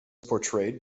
portrayed